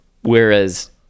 Whereas